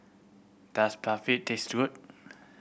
does Barfi taste good